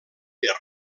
ter